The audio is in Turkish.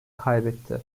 kaybetti